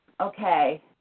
okay